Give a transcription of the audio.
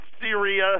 Syria